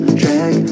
drag